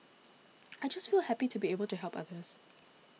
I just feel happy to be able to help others